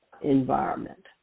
environment